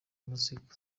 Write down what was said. amatsiko